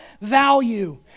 value